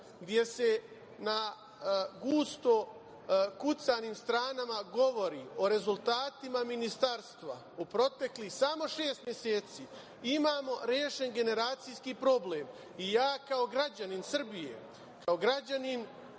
gde se na gusto kucanim stranama govori o rezultatima Ministarstva u proteklih samo šest meseci imamo rešen generacijski problem. Kao građanin Srbije, kao građanin